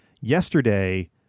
yesterday